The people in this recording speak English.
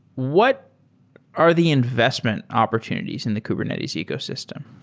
what are the investment opportunities in the kubernetes ecosystem?